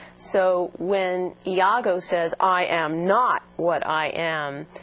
so when iago says i am not what i am,